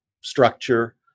structure